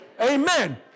Amen